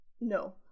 No